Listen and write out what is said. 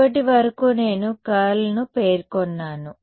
ఇప్పటివరకు నేను కర్ల్ను పేర్కొన్నాను